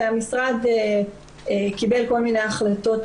המשרד קיבל כל מיני החלטות,